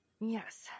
Yes